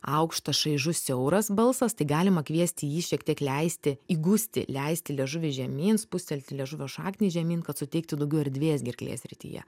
aukštas šaižus siauras balsas tai galima kviesti jį šiek tiek leisti įgusti leisti liežuvį žemyn spustelti liežuvio šaknį žemyn kad suteiktų daugiau erdvės gerklės srityje